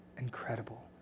incredible